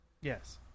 Yes